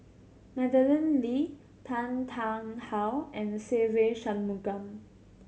Madeleine Lee Tan Tarn How and Se Ve Shanmugam